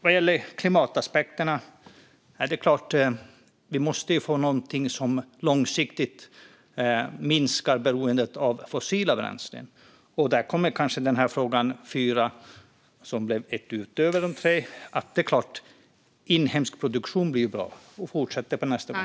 Vad gäller klimataspekterna är det klart att vi måste få någonting som långsiktigt minskar beroendet av fossila bränslen. Där kommer kanske svaret på den fjärde frågan, som ställdes utöver de tre: Det är klart att inhemsk produktion blir bra. Jag fortsätter i nästa replik.